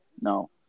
No